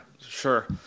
sure